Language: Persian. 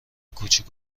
کوچیک